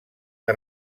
que